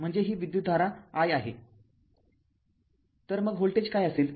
म्हणजे ही विद्युतधारा i आहे तर मग व्होल्टेज काय असेल